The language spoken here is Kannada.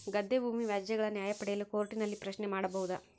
ಗದ್ದೆ ಭೂಮಿ ವ್ಯಾಜ್ಯಗಳ ನ್ಯಾಯ ಪಡೆಯಲು ಕೋರ್ಟ್ ನಲ್ಲಿ ಪ್ರಶ್ನೆ ಮಾಡಬಹುದಾ?